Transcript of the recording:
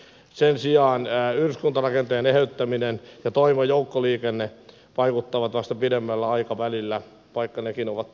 sen sijaan yhdyskuntarakenteen eheyttäminen ja toimiva joukkoliikenne vaikuttavat vasta pidemmällä aikavälillä vaikka nekin ovat tärkeitä